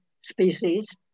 species